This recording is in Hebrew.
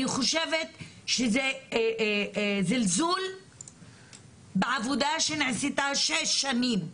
אני חושבת שזה זלזול בעבודה שנעשתה במשך שש שנים.